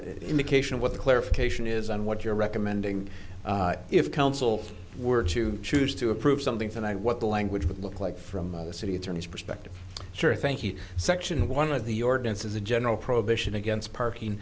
indication of what the clarification is and what you're recommending if counsel were to choose to approve something tonight what the language would look like from the city attorney's perspective sure thank you section one of the ordinance is a general prohibition against parking